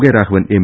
K Raghavan M